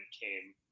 came